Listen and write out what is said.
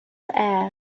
air